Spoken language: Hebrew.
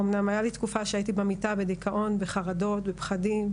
אמנם הייתה לי תקופה שהייתי במיטה בדיכאון ובחרדות ופחדים,